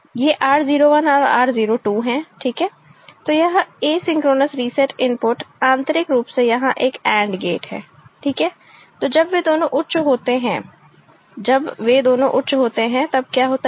ये R01 और R02 हैं ठीक है तो यह एसिंक्रोनस रीसेट इनपुट आंतरिक रूप से यहां एक AND गेट है ठीक है तो जब वे दोनों उच्च होते हैं जब वे दोनों उच्च होते हैं तब क्या होता है